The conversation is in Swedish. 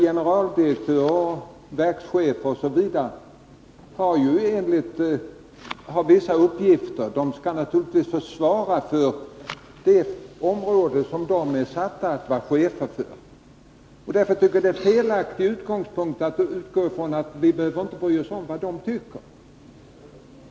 Generaldirektörer, verkschefer osv. har ju vissa uppgifter. De skall naturligtvis svara för de områden som de är satta att vara chefer för. Därför har man en felaktig utgångspunkt, om man inte bryr sig om vad de tycker.